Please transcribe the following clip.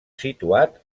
situat